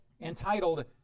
entitled